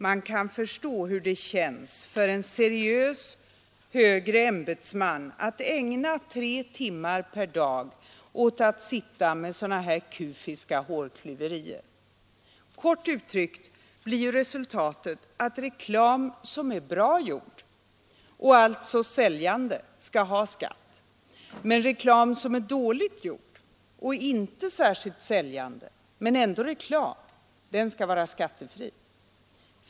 Man kan förstå hur det känns för en seriös högre ämbetsman att ägna tre timmar per dag åt att sitta med sådana här kufiska hårklyverier. Kort uttryckt blir resultatet att reklam som är bra gjord och alltså säljande skall beskattas men att reklam som är dåligt gjord och inte särskilt säljande — men ändå reklam — skall vara skattefri.